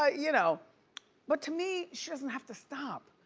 ah you know but to me, she doesn't have to stop.